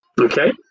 Okay